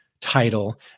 title